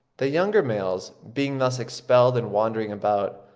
the younger males, being thus expelled and wandering about,